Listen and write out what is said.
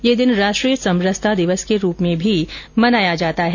यह दिन राष्ट्रीय समरसता दिवस के रूप में भी मनाया जा रहा है